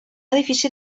edifici